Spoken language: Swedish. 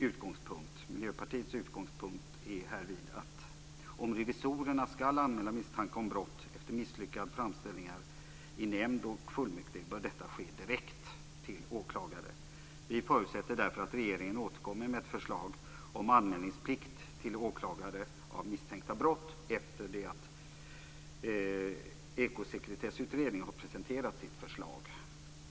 Miljöpartiets utgångspunkt är följande: Om revisorerna skall anmäla misstanke om brott efter misslyckade framställningar i nämnd och fullmäktige bör detta ske direkt till åklagare. Vi förutsätter därför att regeringen återkommer med ett förslag om skyldighet att till åklagare anmäla misstänkta brott efter det att Ekosekretessutredningen har presenterat sitt förslag.